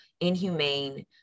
inhumane